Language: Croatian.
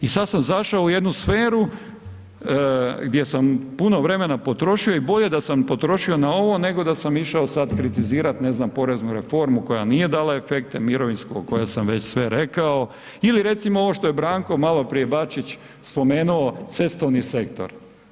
I sada sam zašao u jednu sferu gdje sam puno vremena potrošio i bolje da sam potrošio na ovo, nego da sam išao sada kritizirati ne znam poreznu reformu koja nije dala efekte, mirovinsku o kojoj sam već sve rekao ili recimo ovo što je Branko malo prije Bačić spomenuo cestovni sektor.